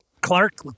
Clark